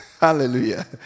Hallelujah